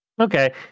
Okay